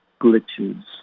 glitches